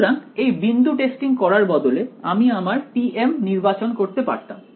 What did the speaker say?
সুতরাং এই বিন্দু টেস্টিং করার বদলে আমি আমার tm নির্বাচন করতে পারতাম